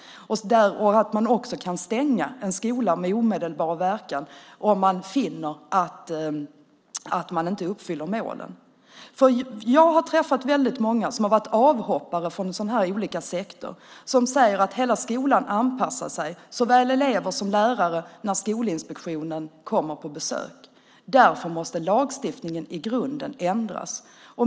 Det är också viktigt att man kan stänga en skola med omedelbar verkan om man finner att den inte uppfyller målen. Jag har träffat väldigt många avhoppare från olika sekter. De säger att hela skolan, såväl elever som lärare, anpassar sig när Skolinspektionen kommer på besök. Därför måste lagstiftningen i grunden ändras.